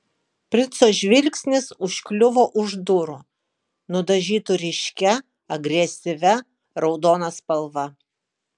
princo žvilgsnis užkliuvo už durų nudažytų ryškia agresyvia raudona spalva